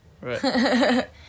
right